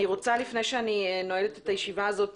אני רוצה לפני שאני נועלת את הישיבה הזאת